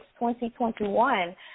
2021